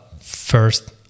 first